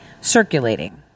circulating